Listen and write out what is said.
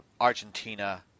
Argentina